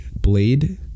blade